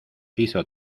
hizo